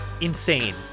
insane